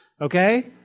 Okay